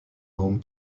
home